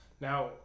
now